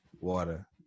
water